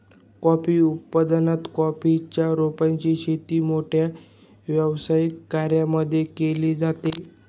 coffee उत्पादन, coffee च्या रोपांची शेती मोठ्या व्यावसायिक कर्यांमध्ये केली जाते